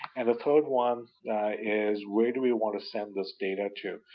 and the third one is, where do we want to send this data to?